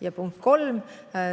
Ja punkt kolm: